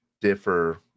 differ